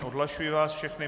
Odhlašuji vás všechny.